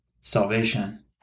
salvation